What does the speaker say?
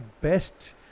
best